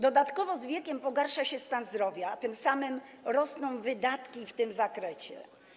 Dodatkowo z wiekiem pogarsza się stan zdrowia, a tym samym rosną wydatki w tym zakresie.